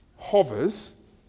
hovers